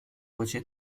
voce